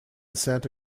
santa